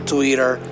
Twitter